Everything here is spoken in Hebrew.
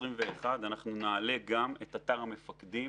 2021 אנחנו נעלה גם את אתר המפקדים.